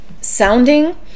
Sounding